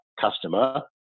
customer